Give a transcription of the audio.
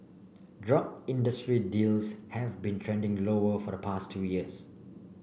drug industry deals have been trending lower for the past two years